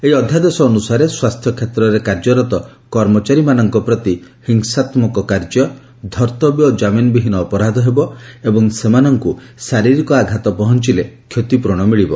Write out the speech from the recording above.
ଏହି ଅଧ୍ୟାଦେଶ ଅନୁସାରେ ସ୍ୱାସ୍ଥ୍ୟକ୍ଷେତ୍ରରେ କାର୍ଯ୍ୟରତ କର୍ମଚାରୀମାନଙ୍କ ପ୍ରତି ହିଂସାତ୍କ କାର୍ଯ୍ୟ ଧର୍ଭବ୍ୟ ଓ ଜାମିନବିହୀନ ଅପରାଧ ହେବ ଏବଂ ସେମାନଙ୍କୁ ଶାରିରୀକ ଆଘାତ ପହଞ୍ଚଲେ କ୍ଷତିପୂରଣ ମିଳିବ